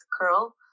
curl